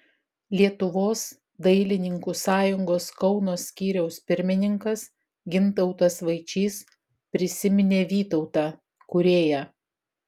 lietuvos dailininkų sąjungos kauno skyriaus pirmininkas gintautas vaičys prisiminė vytautą kūrėją